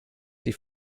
die